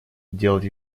делать